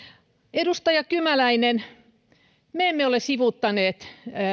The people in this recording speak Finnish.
edustaja kymäläinen me emme ole sivuuttaneet